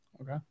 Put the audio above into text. Okay